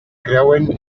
creuen